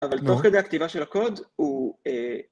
‫אבל תוך כדי הכתיבה של הקוד הוא...